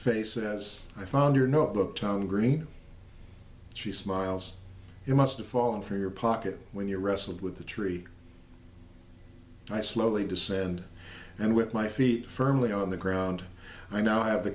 face as i found her notebook town green she smiles you must fall for your pocket when you're wrestled with the tree i slowly descend and with my feet firmly on the ground i now have the